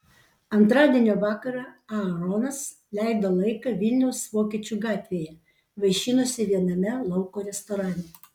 antradienio vakarą aaronas leido laiką vilniaus vokiečių gatvėje vaišinosi viename lauko restorane